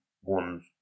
one